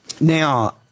Now